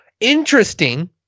interesting